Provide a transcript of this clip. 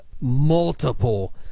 multiple